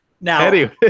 Now